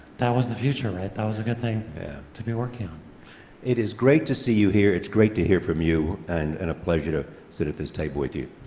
that was the future, right? that was a good thing to be working on. cr it is great to see you here. it's great to hear from you, and and a pleasure to sit at this table with you.